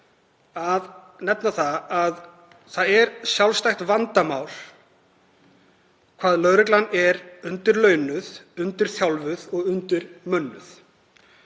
hafa það, að það er sjálfstætt vandamál hvað lögreglan er undirlaunuð, undirþjálfuð og undirmönnuð.